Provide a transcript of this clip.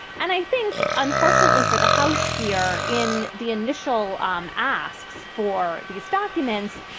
and i think unfortunately for the house here in the initial um asks for these documents,